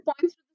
points